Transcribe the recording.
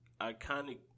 iconic